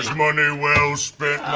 money well spent,